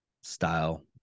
style